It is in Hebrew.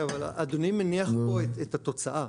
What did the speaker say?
אדוני מניח את התוצאה.